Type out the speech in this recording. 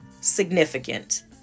significant